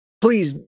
please